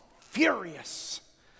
furious